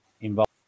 involved